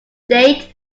state